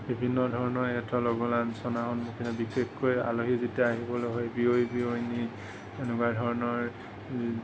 বিভিন্ন ধৰণৰ সিহঁতৰ লঘূ লাঞ্ছনা সন্মুখীন বিশেষকৈ আলহী যেতিয়া আহিবলৈ হয় বিয়ৈ বিয়নী এনেকুৱা ধৰণৰ